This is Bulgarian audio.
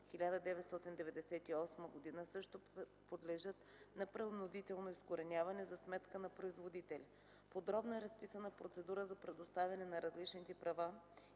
1998 г., също подлежат на принудително изкореняване за сметка на производителя. Подробно е разписана процедура за предоставяне на различните права